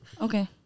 Okay